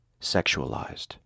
sexualized